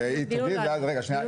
רגע, שנייה.